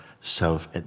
self